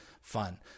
fun